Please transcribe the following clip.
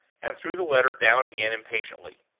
and threw the letter down again impatiently.